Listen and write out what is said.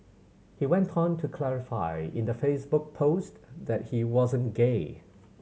he went on to clarify in the Facebook post that he wasn't gay